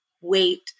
wait